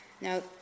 Now